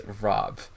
Rob